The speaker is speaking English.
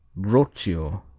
broccio,